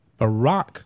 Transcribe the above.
Barack